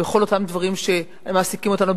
בכל אותם דברים שמעסיקים אותנו,